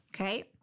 Okay